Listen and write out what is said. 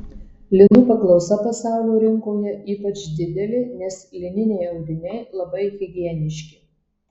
linų paklausa pasaulio rinkoje ypač didelė nes lininiai audiniai labai higieniški